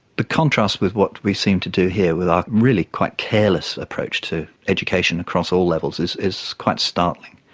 the contrast with what we seem to do here with our really quite careless approach to education across all levels is is quite startling.